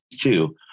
two